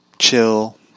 chill